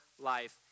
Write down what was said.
life